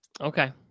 Okay